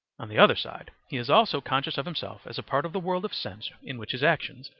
on the other side he is also conscious of himself as a part of the world of sense in which his actions,